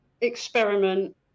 experiment